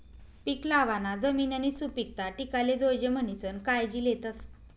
पीक लावाना जमिननी सुपीकता टिकाले जोयजे म्हणीसन कायजी लेतस